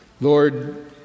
Lord